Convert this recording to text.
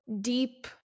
deep